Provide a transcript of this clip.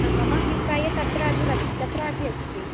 मम अभिप्रायः तत्र अभिवस् तत्र अभि अस्ति